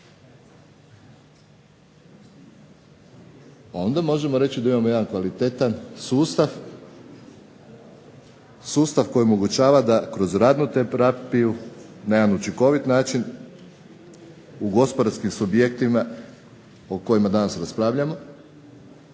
onda možemo reći da imamo jedan kvalitetan sustav, sustav koji omogućava da kroz radnu terapiju na jedan učinkovit način u gospodarskim subjektima o kojima danas raspravljamo,